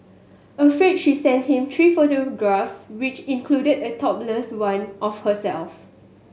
afraid she sent him three photographs which included a topless one of herself